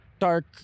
dark